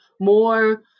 more